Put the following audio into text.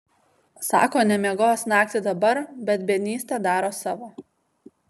sako nemiegos naktį dabar bet biednystė daro savo